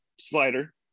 slider